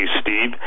Steve